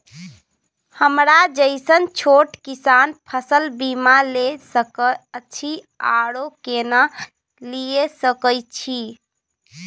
हमरा जैसन छोट किसान फसल बीमा ले सके अछि आरो केना लिए सके छी?